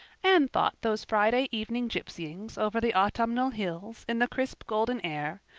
anne thought those friday evening gypsyings over the autumnal hills in the crisp golden air,